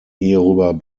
hierüber